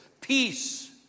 Peace